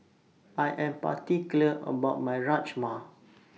I Am particular about My Rajma